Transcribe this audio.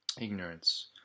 Ignorance